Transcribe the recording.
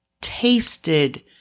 tasted